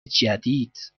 جدید